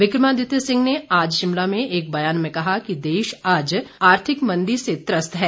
विक्रमादित्य सिंह ने आज शिमला में एक बयान में कहा कि देश आज आर्थिक मंदी से त्रस्त है